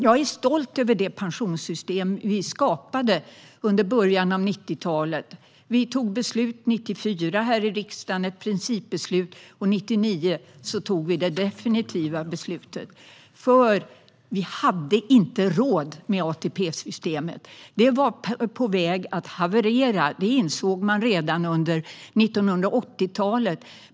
Jag är stolt över det pensionssystem vi skapade under början av 90talet. Vi fattade ett principbeslut 1994 här i riksdagen, och 1999 fattade vi det definitiva beslutet, för vi hade inte råd med ATP-systemet. Det var på väg att haverera. Det insåg man redan under 80-talet.